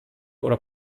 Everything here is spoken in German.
oder